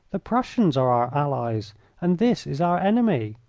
the prussians are our allies and this is our enemy.